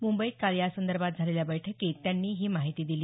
मुंबईत काल यासंदर्भात झालेल्या बैठकीत त्यांनी ही माहिती दिली